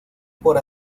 por